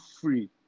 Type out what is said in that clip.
free